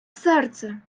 серце